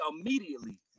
immediately